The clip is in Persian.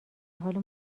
حال